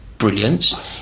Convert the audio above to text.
brilliance